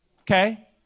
Okay